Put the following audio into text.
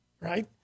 right